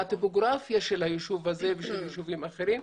הטופוגרפיה של הישוב הזה ושל הישובים האחרים,